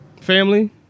Family